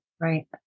Right